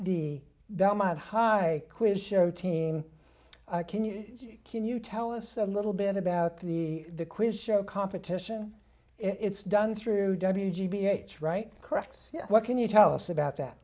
the belmont high quiz show team can you can you tell us a little bit about the quiz show competition it's done through w g b h right correct what can you tell us about that